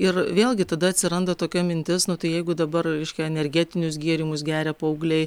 ir vėlgi tada atsiranda tokia mintis nu tai jeigu dabar reiškia energetinius gėrimus geria paaugliai